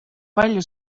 palju